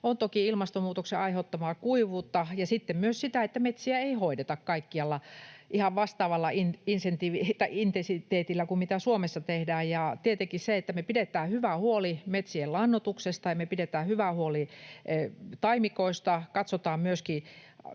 on toki ilmastonmuutoksen aiheuttamaa kuivuutta ja sitten myös sitä, että metsiä ei hoideta kaikkialla ihan vastaavalla intensiteetillä kuin mitä Suomessa tehdään — ja tietenkin se, että me pidetään hyvä huoli metsien lannoituksesta ja me pidetään hyvä huoli taimikoista, katsotaan myöskin